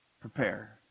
prepare